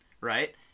right